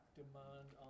demand